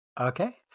Okay